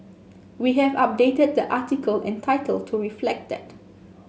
we have updated the article and title to reflect that